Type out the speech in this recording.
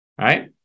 right